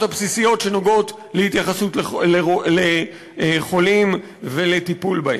הבסיסיות שנוגעות להתייחסות לחולים ולטיפול בהם.